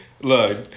look